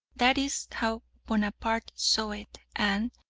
that is how bonaparte saw it, and,